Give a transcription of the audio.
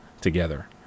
together